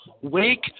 wake